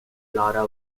laura